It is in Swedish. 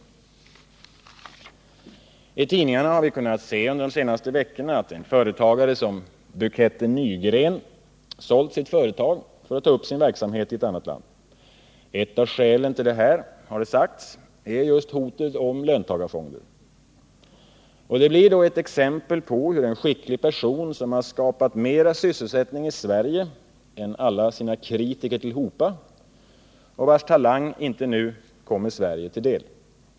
I tidningarna har vi under de senaste veckorna kunnat se att en företagare som Bengt ”Buketten” Nygren sålt sitt företag för att ta upp sin verksamhet i ett annat land. Ett av skälen härtill, har det sagts, är just hotet om löntagarfonder. Detta blir ett exempel på en skicklig person, som har skapat mer sysselsättning i Sverige än alla sina kritiker tillhopa och vars talang inte nu kommer Sverige till del.